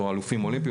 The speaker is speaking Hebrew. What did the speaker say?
או אלופים אולימפיים,